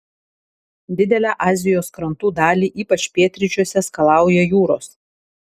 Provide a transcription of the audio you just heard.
didelę azijos krantų dalį ypač pietryčiuose skalauja jūros